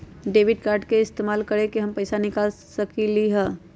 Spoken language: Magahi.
डेबिट कार्ड के इस्तेमाल करके हम पैईसा कईसे निकाल सकलि ह?